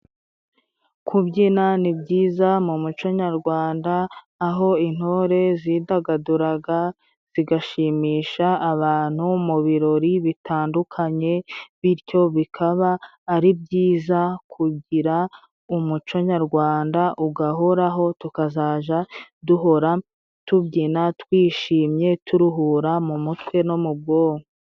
Kubyina ni byiza mu muco nyarwanda aho intore zidagaduraga, zigashimisha abantu mu birori bitandukanye. Bityo bikaba ari byiza kugira umuco nyarwanda ugahoraho tukazaja duhora tubyina, twishimye turuhura mu mutwe no mu bwonko.